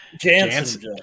Jansen